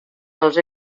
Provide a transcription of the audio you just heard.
els